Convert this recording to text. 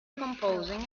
composing